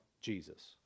Jesus